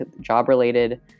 job-related